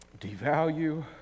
devalue